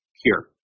cure